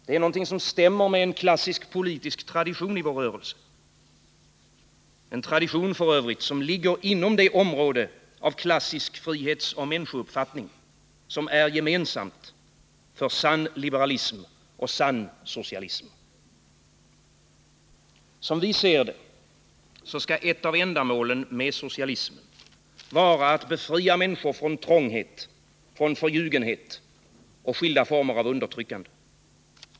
Det är något som stämmer med en klassisk politisk tradition inom vår rörelse — en tradition som f. ö. ligger inom det område av klassisk frihetsoch människouppfattning som är gemensamt för sann liberalism och sann socialism. Som vi ser saken skall ett av ändamålen med socialismen vara att befria människor från trånghet, förljugenhet och skilda former av undertryckande.